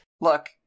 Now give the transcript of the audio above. Look